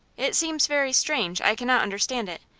it seems very strange. i cannot understand it.